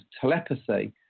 telepathy